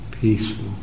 Peaceful